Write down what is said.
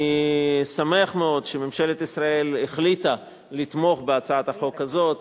אני שמח מאוד שממשלת ישראל החליטה לתמוך בהצעת החוק הזאת,